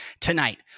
Tonight